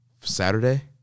Saturday